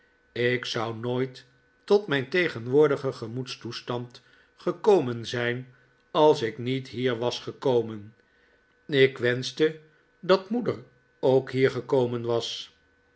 ik zou nooit tot mijn tegenwoordigen gemoedstoestand gekomen zijn als ik niet hier was gekomen ik wenschte dat moeder ook hier gekomen was